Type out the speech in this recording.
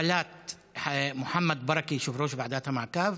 הפלת מוחמד ברכה, יושב-ראש ועדת המעקב,